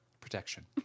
Protection